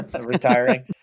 retiring